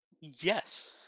Yes